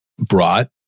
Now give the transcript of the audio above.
Brought